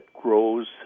grows